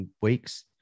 weeks